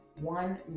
one